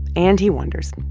and he wonders,